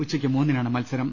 ഉച്ചയ്ക്ക് മൂന്നിനാണ് മത്സരം